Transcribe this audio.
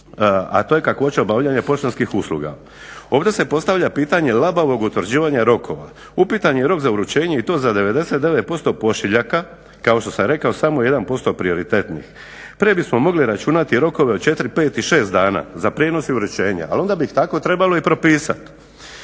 a to je kakvoća obavljanja poštanskih usluga. Ovdje se postavlja pitanje labavog utvrđivanja rokova. Upitan je rok za uručenje i to za 99% pošiljaka, kao što sam rekao samo 1% je prioritetnih. Prije bismo mogli računati rokove od 4,5 i 6 dana za prijenos i uručenje, ali onda bi ih tako trebalo i propisat.